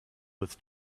with